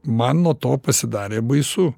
man nuo to pasidarė baisu